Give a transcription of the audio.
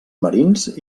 marins